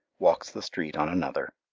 walks the street on another.